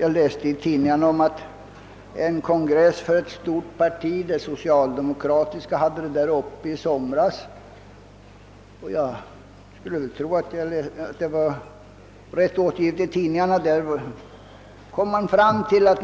Jag läste i tidningarna att en kongress för ett stort parti, det socialdemokratiska, hade frågan uppe i somras och att man där — jag skulle tro att det var riktigt återgivet i tidningarna — kom fram till att